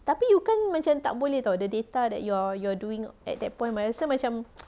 tapi you can't macam tak boleh [tau] the data that you're you're doing at that point I rasa macam